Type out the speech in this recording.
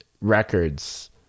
records